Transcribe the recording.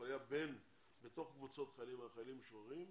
אפליה בתוך קבוצות החיילים מהחיילים המשוחררים.